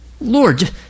Lord